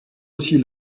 aussi